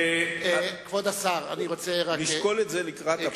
נשקול את זה לקראת הפעם הבאה.